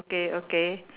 okay okay